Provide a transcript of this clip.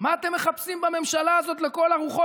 מה אתם מחפשים בממשלה הזאת, לכל הרוחות?